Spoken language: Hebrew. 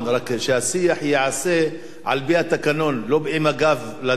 רק שהשיח ייעשה על-פי התקנון, לא עם הגב לנואם.